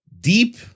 Deep